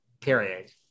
period